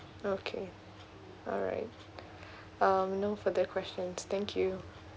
okay alright um no further questions thank you